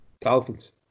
dolphins